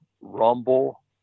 rumble